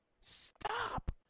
Stop